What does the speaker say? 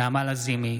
נעמה לזימי,